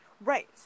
Right